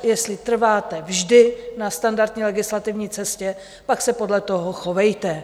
Jestli trváte vždy na standardní legislativní cestě, pak se podle toho chovejte.